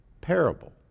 parable